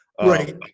right